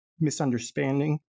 misunderstanding